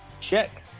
Check